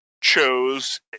chose